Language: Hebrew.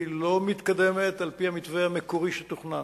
היא לא מתקדמת על-פי המתווה המקורי שתוכנן.